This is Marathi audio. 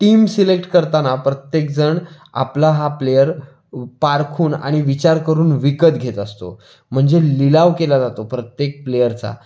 टीम सिलेक्ट करताना प्रत्येकजण आपला हा प्लेअर पारखून आणि विचार करून विकत घेत असतो म्हणजे लिलाव केला जातो प्रत्येक प्लेअरचा